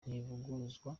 ntivuguruzwa